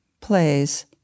plays